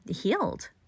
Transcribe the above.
healed